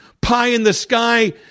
pie-in-the-sky